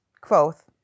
quoth